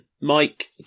Mike